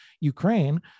Ukraine